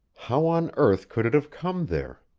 how on earth could it have come there?